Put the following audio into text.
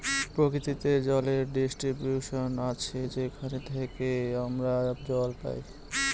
প্রকৃতিতে জলের ডিস্ট্রিবিউশন আসে যেখান থেকে আমরা জল পাই